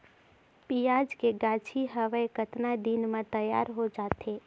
पियाज के गाछी हवे कतना दिन म तैयार हों जा थे?